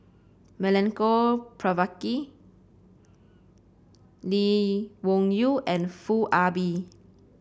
Milenko Prvacki Lee Wung Yew and Foo Ah Bee